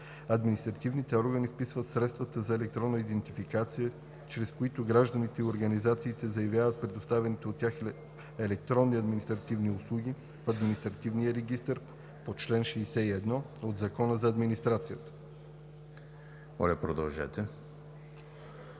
Административните органи вписват средствата за електронна идентификация, чрез които гражданите и организациите заявяват предоставяните от тях електронни административни услуги, в Административния регистър по чл. 61 от Закона за администрацията.“